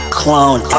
clone